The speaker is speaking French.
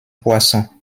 poissons